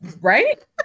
right